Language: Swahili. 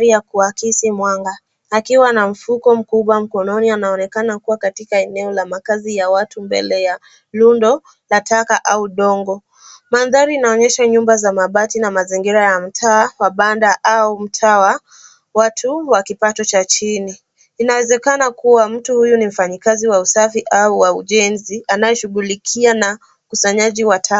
ya kuakisi mwanga. Akiwa na mfuko mkubwa mkononi anaonekana kuwa katika eneo la makazi ya watu mbele ya rundo la taka au udongo. Mandhari yanaonyesha nyumba za mabati na mazingira ya mtaa wa mabanda au mtaa wa watu wa kipato cha chini. InaWezekana kuwa mtu huyu ni mfanyikazi wa usafi au wa ujenzi, anayeshugulikia na ukusanyaji wa taka.